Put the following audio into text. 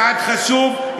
צעד חשוב,